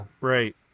Right